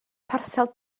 parsel